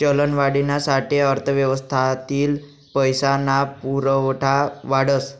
चलनवाढीना साठे अर्थव्यवस्थातील पैसा ना पुरवठा वाढस